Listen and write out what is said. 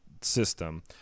system